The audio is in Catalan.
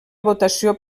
votació